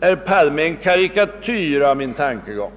Herr Palme gör en karikatyr av min tankegång